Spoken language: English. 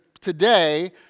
today